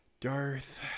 Darth